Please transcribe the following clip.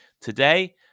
today